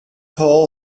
hall